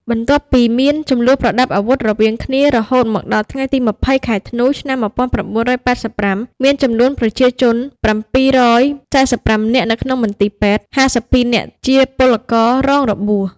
បន្ទាប់ពីមានជម្លោះប្រដាប់អាវុធរវាងគ្នា រហូតមកដល់ថ្ងៃទី ២០ ខែ ធ្នូ ឆ្នាំ ១៩៨៥ មានចំនួនប្រជាជន ៧៤៥នាក់នៅក្នុងមន្ទីពេទ្យ(៥២នាក់ជាពលកររងរបួស)។